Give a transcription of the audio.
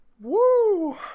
Woo